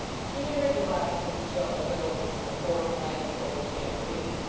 she had heard the locksmith's joke relative to the foreign black who played the tambourine,